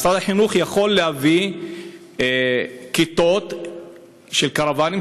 משרד החינוך יכול להביא כיתות בקרוונים,